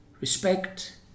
respect